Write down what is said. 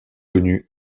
connu